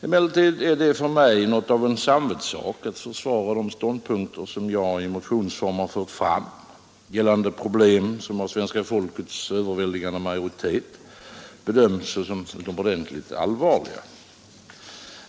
Emellertid är det för mig något av en samvetssak att försvara de ståndpunkter jag i motionsform har fört fram gällande problem som av svenska folkets överväldigande majoritet bedöms som utomordentligt allvarliga.